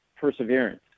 perseverance